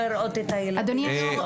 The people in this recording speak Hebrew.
זה צריך להיות התנאי יעמוד בתוקפו"